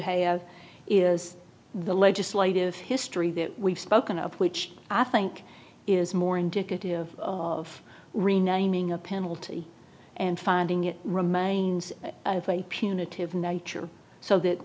have is the legislative history that we've spoken of which i think is more indicative of renaming a penalty and finding it remains of a punitive nature so that